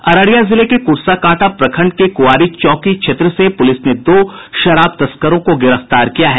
अररिया जिले के कुर्सा कांटा प्रखंड के कुआरी चौकी क्षेत्र से पुलिस ने दो शराब तस्करों को गिरफ्तार किया है